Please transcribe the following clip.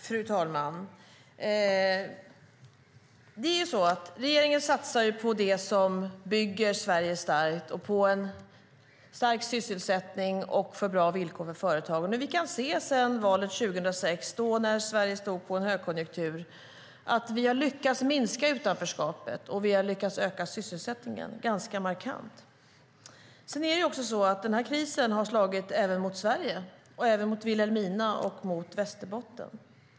Fru talman! Regeringen satsar på det som bygger Sverige starkt, på en stark sysselsättning och på bra villkor för företagen. Vi kan se efter valet 2006, när Sverige stod på en högkonjunktur, att vi har lyckats minska utanförskapet och lyckats öka sysselsättningen ganska markant. Krisen har slagit även mot Sverige och även mot Vilhelmina och mot Västerbotten.